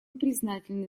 признательны